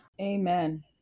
Amen